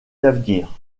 d’avenir